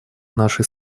нашей